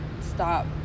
stop